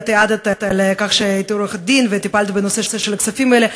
את העדת על כך שהיית עורכת-דין וטיפלת בנושא של הכספים האלה.